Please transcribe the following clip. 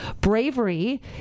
Bravery